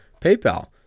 PayPal